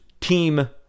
team